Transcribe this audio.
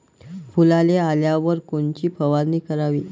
फुलाले आल्यावर कोनची फवारनी कराव?